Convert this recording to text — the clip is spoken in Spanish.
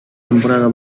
temporada